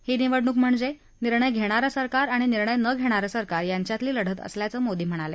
ही निवडणूक म्हणजे निर्णय घेणार सरकार आणि निर्णय न घेणार सरकार यांच्यातली लढत असल्याच मोदी म्हणाले